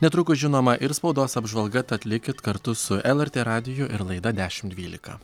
netrukus žinoma ir spaudos apžvalga tad likit kartu su lrt radiju ir laida dešim dvylika